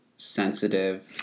sensitive